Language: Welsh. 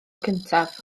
cyntaf